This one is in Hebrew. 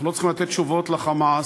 אנחנו לא צריכים לתת תשובות ל"חמאס".